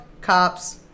Cops